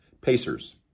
pacers